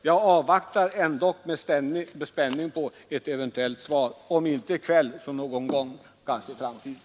Jag avvaktar dock med spänning ett eventuellt svar, om inte i kväll så kanske någon gång i framtiden.